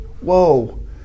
whoa